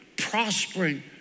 Prospering